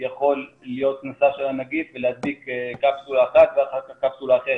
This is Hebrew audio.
יכול להיות נשא של הנגיף ולהדביק קפסולה אחת ואחר כך קפסולה אחרת.